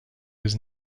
was